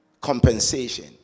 compensation